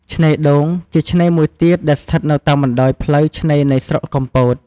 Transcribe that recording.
ឆ្នេរដូង ជាឆ្នេរមួយទៀតដែលស្ថិតនៅតាមបណ្ដោយផ្លូវឆ្នេរនៃស្រុកកំពត។